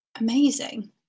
Amazing